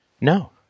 no